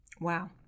Wow